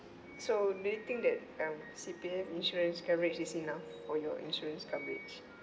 so do you think that um C_P_F insurance coverage is enough for your insurance coverage